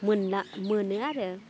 मोन्ना मोनो आरो